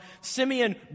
Simeon